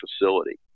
facility